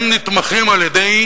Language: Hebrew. הם נתמכים על-ידי